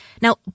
Now